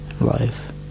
Life